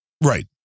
Right